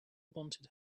wanted